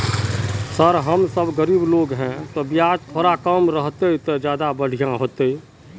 sir हम सब गरीब लोग है तो बियाज थोड़ा कम रहते तो ज्यदा बढ़िया होते